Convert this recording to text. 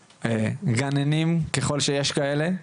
וגננים, ככל שיש כאלה.